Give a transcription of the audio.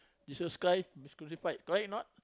Jesus Christ is crucified correct not